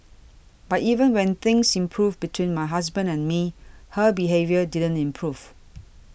but even when things improved between my husband and me her behaviour didn't improve